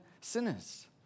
sinners